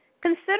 Consider